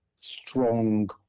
strong